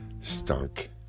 Stunk